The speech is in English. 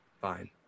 Fine